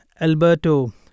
Alberto